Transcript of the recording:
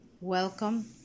welcome